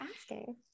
asking